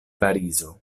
parizo